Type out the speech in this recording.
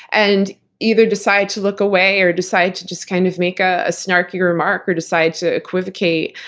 and either decide to look away or decide to just kind of make a snarky remark, or decide to equivocate.